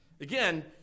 Again